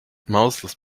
mouseless